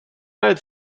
united